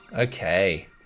okay